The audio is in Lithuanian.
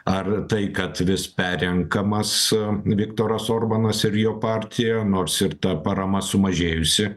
ar tai kad vis perrenkamas viktoras orbanas ir jo partija nors ir ta parama sumažėjusi